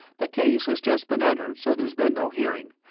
the case has just been entered, so there's been no hearing,